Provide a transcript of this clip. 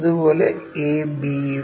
അതുപോലെ ab ഉം